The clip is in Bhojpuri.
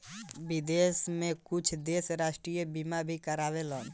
विदेश में कुछ देश राष्ट्रीय बीमा भी कारावेलन